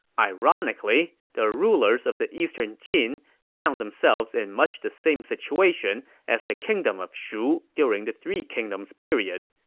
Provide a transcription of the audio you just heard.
ironically, the rulers of the eastern jin found themselves in much the same situation as the kingdom of shu during the three kingdoms period.